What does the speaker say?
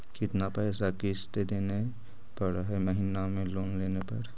कितना पैसा किस्त देने पड़ है महीना में लोन लेने पर?